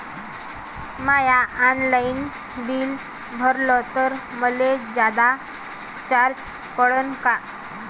म्या online bill भरलं तर मले जादा चार्ज पडन का?